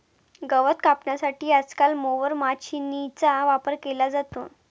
गवत कापण्यासाठी आजकाल मोवर माचीनीचा वापर केला जातो